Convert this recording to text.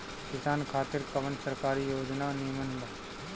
किसान खातिर कवन सरकारी योजना नीमन बा?